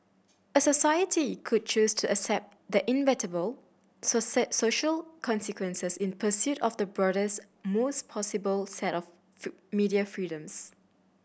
a society could choose to accept the inevitable social consequences in pursuit of the broadest most possible set of media freedoms